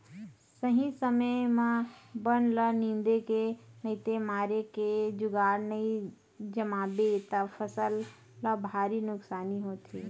सही समे म बन ल निंदे के नइते मारे के जुगाड़ नइ जमाबे त फसल ल भारी नुकसानी होथे